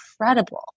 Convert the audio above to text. incredible